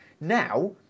Now